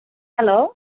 hello